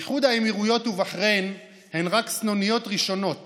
איחוד האמירויות ובחריין הן רק סנוניות ראשונות